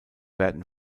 werden